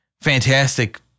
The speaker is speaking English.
fantastic